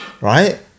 right